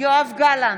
יואב גלנט,